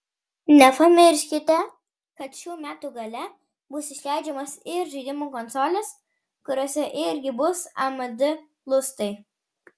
nepamirškite kad šių metų gale bus išleidžiamos ir žaidimų konsolės kuriose irgi bus amd lustai